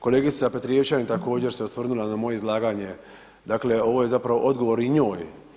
Kolegica Petrijevčanin također se osvrnula na moje izlaganje, dakle ovo je zapravo odgovor i njoj.